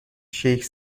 شیک